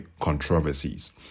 controversies